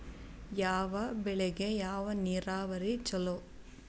ಯಾವ ಬೆಳಿಗೆ ಯಾವ ನೇರಾವರಿ ಛಲೋ?